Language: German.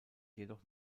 jedoch